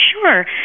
sure